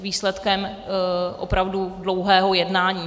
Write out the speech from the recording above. Jsou výsledkem opravdu dlouhého jednání.